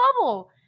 bubble